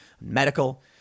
medical